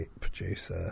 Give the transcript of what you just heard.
producer